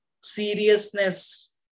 seriousness